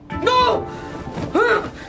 No